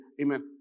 amen